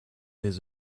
his